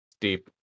deep